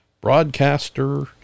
broadcaster